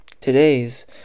Today's